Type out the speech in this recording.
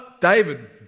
David